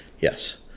yes